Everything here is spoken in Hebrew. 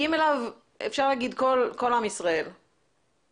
שאפשר לומר שכל עם ישראל מגיע אליו.